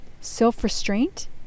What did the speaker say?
Self-restraint